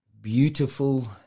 beautiful